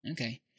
Okay